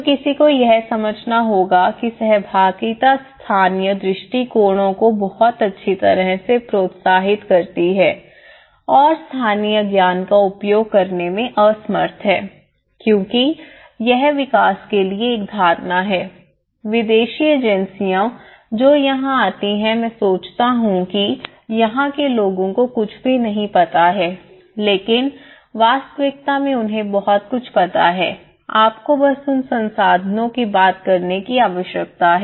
तो किसी को यह समझना होगा कि सहभागिता स्थानीय दृष्टिकोणों को बहुत अच्छी तरह से प्रोत्साहित करती है और स्थानीय ज्ञान का उपयोग करने में असमर्थ है क्योंकि यह विकास के लिए एक धारणा है विदेशी एजेंसियों जो यहां आती हैं मैं सोचती हैं कि यहां के लोगों को कुछ भी नहीं पता है लेकिन वास्तविकता में उन्हें बहुत कुछ पता है आपको बस उन संसाधनों की बात करने की आवश्यकता है